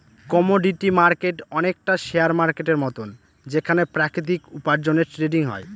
commodity market অনেকটা share মার্কেটের মতন যেখানে প্রাকৃতিক উপার্জনের ট্রেডিং হয়